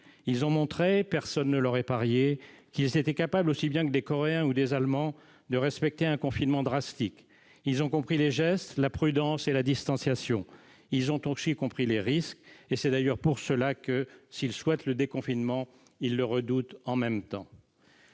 Ils ont montré- personne ne l'aurait parié -qu'ils étaient capables, aussi bien que des Coréens ou des Allemands, de respecter un confinement drastique. Ils ont compris les gestes, la prudence et la distanciation. Ils ont aussi compris les risques, et c'est d'ailleurs pour cela que, s'ils souhaitent le déconfinement, ils le redoutent en même temps.